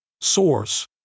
Source